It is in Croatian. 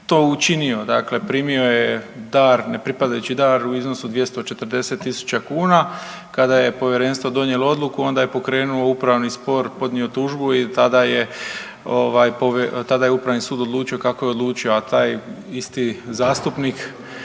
to učinio. Dakle, primio je dar, ne pripadajući dar u iznosu 240.000 kuna, kada je povjerenstvo donijelo odluku onda je pokrenuo upravni spor, podnio tužbu i tada je ovaj tada je Upravni sud odlučio kako je odlučio, a taj isti zastupnik